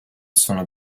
sono